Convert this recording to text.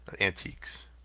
Antiques